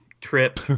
trip